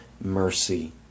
mercy